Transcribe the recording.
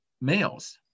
males